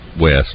west